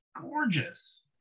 gorgeous